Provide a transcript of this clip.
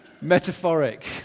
Metaphoric